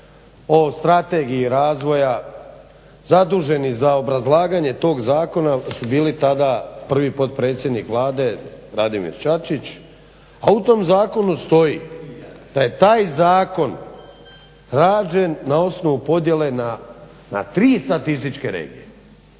o strategiji razvoja, zaduženi za obrazlaganje tog zakona su bili tada prvi potpredsjednik Vlade Radimir Čačić, a u tom zakonu stoji da je taj zakon rađen na osnovu podjele na tri statističke regije.